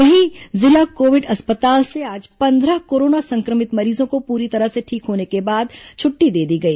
वहीं जिला कोविड अस्पताल से आज पंद्रह कोरोना सं क्र भित मरीजों को पूरी तरह से ठीक होने के बाद छुट्टी दे दी गई